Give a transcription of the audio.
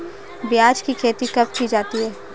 प्याज़ की खेती कब की जाती है?